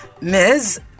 Ms